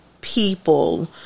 people